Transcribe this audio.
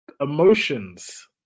emotions